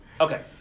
Okay